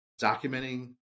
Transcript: documenting